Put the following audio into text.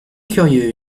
curieux